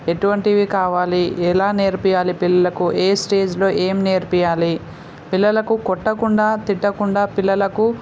ఎటువంటివి కావాలి ఎలా నేర్పించాలి పిల్లలకు ఏ స్టేజ్లో ఏమి నేర్పించాలి పిల్లలకు కొట్టకుండా తిట్టకుండా పిల్లలకు